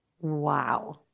Wow